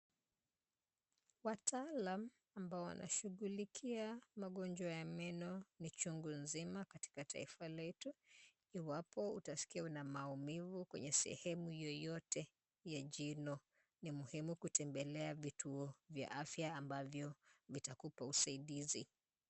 Wataalam ambao wanashughulikia magonjwa ya meno ni chungu nzima katika taifa letu. Iwapo utasikia una maumivu kwenye sehemu yoyote ya jino, ni muhimu kutembelea vituo vya afya ambavyo vitakupa usaidizi.